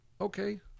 okay